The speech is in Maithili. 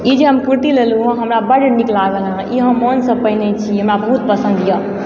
ई जे हम कुरती लेलहुँ यऽ हमरा बड्ड नीक लागल हमरा ई हम मनसंँ पहिनै छिऐ हमरा बहुत पसन्द यऽ